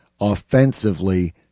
offensively